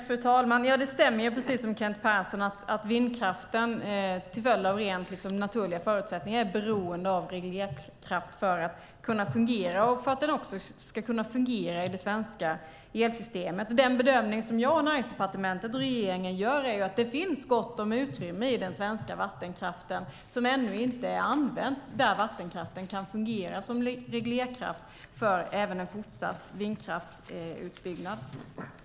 Fru talman! Det stämmer, som Kent Persson säger, att vindkraften till följd av rent naturliga förutsättningar är beroende av reglerkraft för att kunna fungera och även för att den ska kunna fungera i det svenska elsystemet. Den bedömning som jag, Näringsdepartementet och regeringen gör är att det finns gott om utrymme i den svenska vattenkraften som ännu inte är använt och där vattenkraften kan fungera som reglerkraft även för en fortsatt vindkraftsutbyggnad.